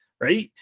right